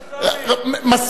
מספיק.